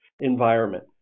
environment